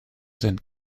sind